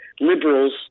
Liberals